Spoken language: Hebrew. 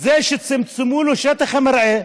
זה שצמצמו לו את שטח המרעה,